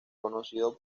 conocido